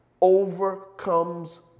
overcomes